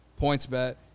PointsBet